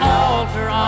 altar